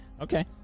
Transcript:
Okay